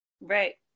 right